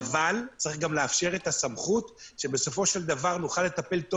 אבל צריך גם לאפשר את הסמכות שבסופו של דבר נוכל לטפל טוב